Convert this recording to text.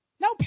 no